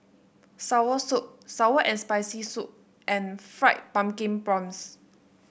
Soursop sour and Spicy Soup and Fried Pumpkin Prawns